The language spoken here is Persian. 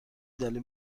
دلیل